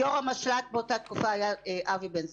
יושב-ראש המשל"ט באותה תקופה היה אבי בן זקן.